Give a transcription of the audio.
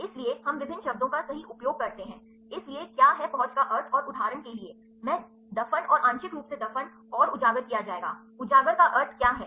इसलिए हम विभिन्न शब्दों का सही उपयोग करते हैं इसलिए क्या है पहुंच का अर्थ और उदाहरण के लिए मैं दफन और आंशिक रूप से दफन और उजागर किया जाएगा उजागर का अर्थ क्या है